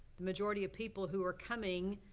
the majority of people who are coming,